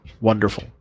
wonderful